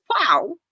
wow